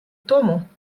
тому